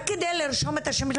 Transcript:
רק כדי לרשום את השם,